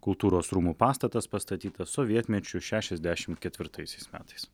kultūros rūmų pastatas pastatytas sovietmečiu šešiasdešimt ketvirtaisiais metais